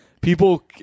people